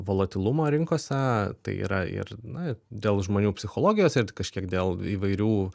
volatilumą rinkose tai yra ir na dėl žmonių psichologijos ir kažkiek dėl įvairių